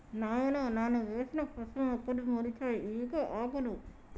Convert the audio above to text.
నాయనో నాను వేసిన పసుపు మొక్కలు మొలిచాయి ఇవిగో ఆకులు